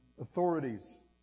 authorities